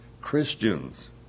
Christians